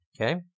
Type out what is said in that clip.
Okay